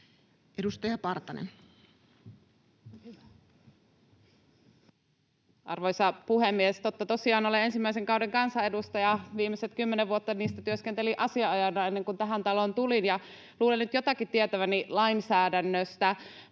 19:53 Content: Arvoisa puhemies! Totta tosiaan olen ensimmäisen kauden kansanedustaja. Viimeiset kymmenen vuotta työskentelin asianajajana ennen kuin tähän taloon tulin, ja luulen nyt jotakin tietäväni lainsäädännöstä.